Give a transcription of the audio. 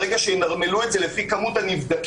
ברגע שינרמלו את זה לפי מספר הנבדקים.